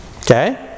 Okay